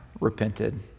repented